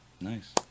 Nice